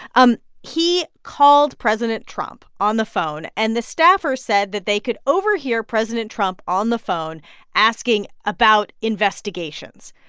um he called president trump on the phone. and the staffer said that they could overhear president trump on the phone asking about investigations.